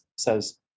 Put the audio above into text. says